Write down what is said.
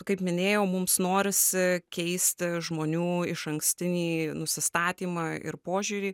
kaip minėjau mums norisi keisti žmonių išankstinį nusistatymą ir požiūrį